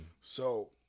So-